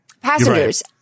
Passengers